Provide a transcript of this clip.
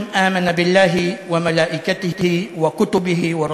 תפרנו, גם שתקנו וגם דיברנו, גם אהבנו וגם